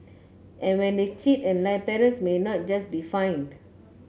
and when they cheat and lie parents may not just be fined